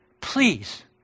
please